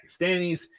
Pakistanis